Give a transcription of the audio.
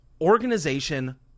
organization